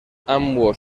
ambos